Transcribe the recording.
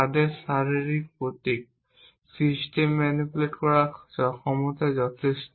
তাদের শারীরিক প্রতীক সিস্টেম ম্যানিপুলেট করার ক্ষমতা যথেষ্ট